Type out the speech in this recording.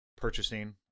purchasing